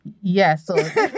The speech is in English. yes